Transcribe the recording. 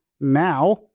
now